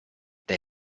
they